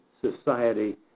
society